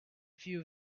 few